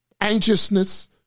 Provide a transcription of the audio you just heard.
anxiousness